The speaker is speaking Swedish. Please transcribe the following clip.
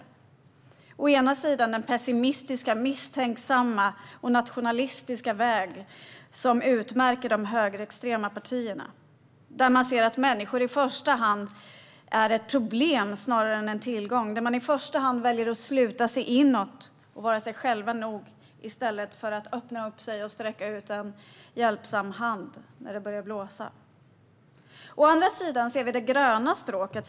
Vi ser å ena sidan den pessimistiska, misstänksamma och nationalistiska väg som utmärker de högerextrema partierna. Där ser man människor som problem i första hand, snarare än som tillgångar. Där väljer man i första hand att sluta sig och vara sig själva nog, i stället för att öppna sig och sträcka ut en hjälpsam hand när det börjar blåsa. Vi ser å andra sidan det gröna stråket.